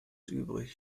übrig